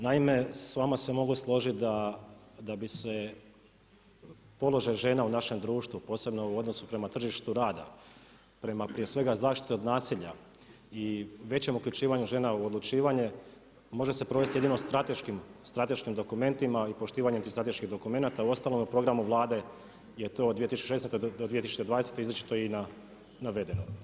Naime s vama se mogu složiti da bi se položaj žena u našem društvu, posebno u odnosu prema tržištu rada, prema prije svega zaštiti od nasilja i većem uključivanju žena u odlučivanje, može se provesti jedino strateškim dokumentima i poštivanjem tih strateških dokumenata, uostalom u programu Vlade je to 2016. do 2020. izričito i navedeno.